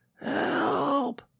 Help